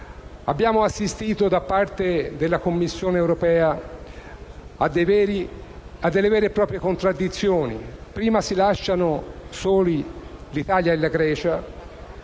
Abbiamo assistito, da parte della Commissione europea, a delle vere e proprie contraddizioni: prima si lasciano soli l'Italia e la Grecia